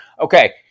Okay